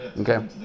okay